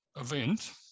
event